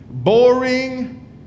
Boring